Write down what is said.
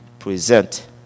present